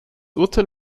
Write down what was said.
urteil